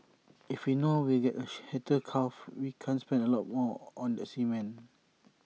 if we know we'll get A heifer calf we can spend A lot more on that semen